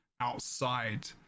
outside